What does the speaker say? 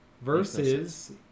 Versus